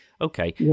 Okay